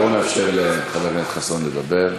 בואו נאפשר לחבר הכנסת חסון לדבר.